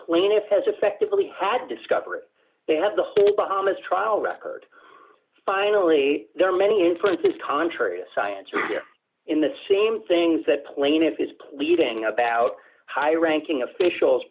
plaintiff has effectively had discovery they have the whole bahamas trial record finally there are many inferences contrary a science in the same things that plaintiff is pleading about high ranking officials